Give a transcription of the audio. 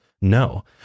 No